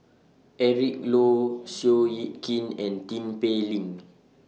Eric Low Seow Yit Kin and Tin Pei Ling